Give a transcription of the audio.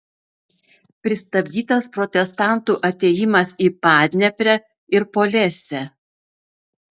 pristabdytas protestantų atėjimas į padneprę ir polesę